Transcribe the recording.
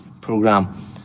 program